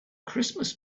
christmas